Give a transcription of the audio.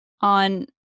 on